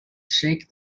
shake